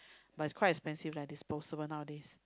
but is quite expensive leh disposable nowadays